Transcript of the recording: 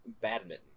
badminton